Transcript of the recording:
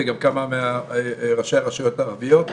וגם כמה מראשי הרשויות הערביות.